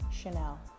Chanel